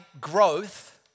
growth